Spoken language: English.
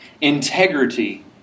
integrity